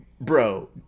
bro